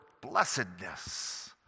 blessedness